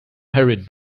hurried